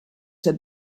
said